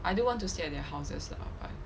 I do want to stay at their houses lah but